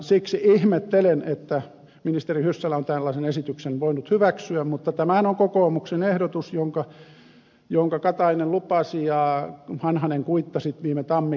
siksi ihmettelen että ministeri hyssälä on tällaisen esityksen voinut hyväksyä mutta tämähän on kokoomuksen ehdotus jonka katainen lupasi ja vanhanen kuittasi viime tammikuussa